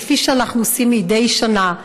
כפי שאנחנו עושים מדי שנה,